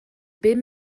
bum